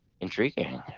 Intriguing